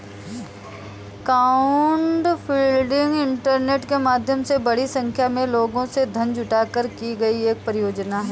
crowdfunding internet के माध्यम से बड़ी संख्या में लोगों से धन जुटाकर की गई एक परियोजना है